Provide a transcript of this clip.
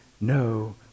no